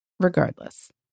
Regardless